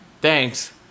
thanks